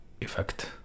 effect